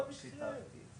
הם בגילאי 17 עד 24. לכן זה